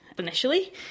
initially